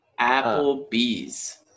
applebee's